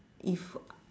if